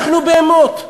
אנחנו בהמות.